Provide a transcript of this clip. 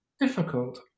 difficult